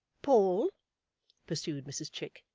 paul pursued mrs chick,